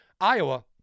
Iowa